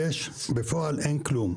יש, אבל בפועל אין כלום.